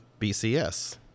BCS